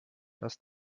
dass